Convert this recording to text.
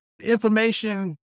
information